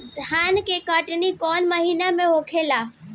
धान के कटनी कौन महीना में होला?